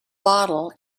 bottle